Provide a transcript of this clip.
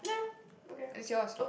yeah okay oh